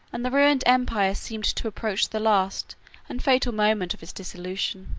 and the ruined empire seemed to approach the last and fatal moment of its dissolution.